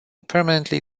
permanently